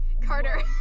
Carter